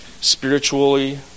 spiritually